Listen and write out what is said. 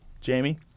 Jamie